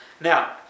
Now